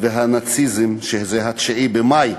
והנאציזם, 9 במאי.